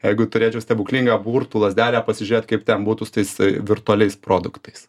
jeigu turėčiau stebuklingą burtų lazdelę pasižiūrėt kaip ten būtų su tais virtualiais produktais